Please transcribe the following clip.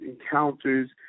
encounters